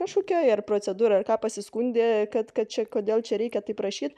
kažkokioj ar procedūroj ar ką pasiskundė kad kad čia kodėl čia reikia taip rašyt